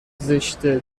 زشته